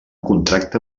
contracte